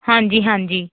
ਹਾਂਜੀ ਹਾਂਜੀ